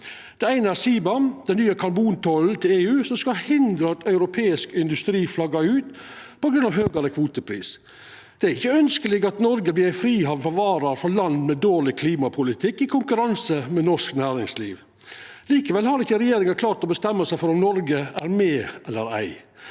Det eine er CBAM, den nye karbontollen til EU, som skal hindra at europeisk industri flaggar ut på grunn av høgare kvotepris. Det er ikkje ønskjeleg at Noreg vert ei frihamn for varer frå land med dårleg klimapolitikk i konkurranse med norsk næringsliv. Likevel har ikkje regjeringa klart å bestemma seg for om Noreg er med eller ei.